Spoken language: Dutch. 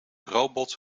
robot